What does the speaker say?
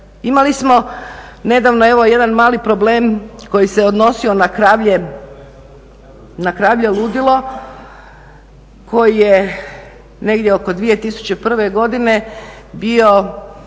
Imali smo nedavno jedan mali problem koji se je odnosio na kravlje ludilo, koji je negdje oko 2001. godine bio